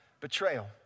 betrayal